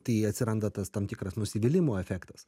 tai atsiranda tas tam tikras nusivylimo efektas